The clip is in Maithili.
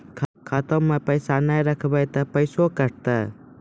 खाता मे पैसा ने रखब ते पैसों कटते?